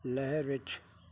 ਲਹਿਰ ਵਿੱਚ